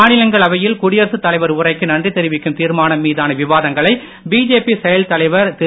மாநிலங்களவையில் குடியரசுத் தலைவர் உரைக்கு நன்றி தெரிவிக்கும் தீர்மானம் மீதான விவாதங்களை பிஜேபி செயல் தலைவர் திரு